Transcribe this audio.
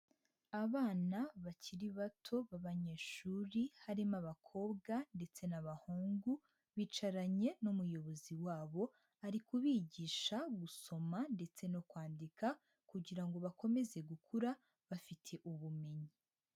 Abana bakiri bato babanyeshuri harimo abakobwa ndetse n'abahungu, bicaranye n'umuyobozi wabo ari kubigisha gusoma ndetse no kwandika kugira ngo bakomeze gukura bafite ubumenyi.